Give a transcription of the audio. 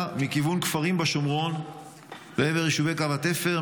מכיוון כפרים בשומרון לעבר יישובי קו התפר.